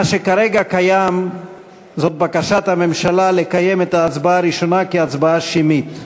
מה שכרגע קיים זה בקשת הממשלה לקיים את ההצבעה הראשונה כהצבעה שמית.